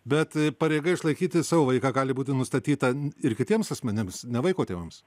bet pareiga išlaikyti savo vaiką gali būti nustatyta ir kitiems asmenims ne vaiko tėvams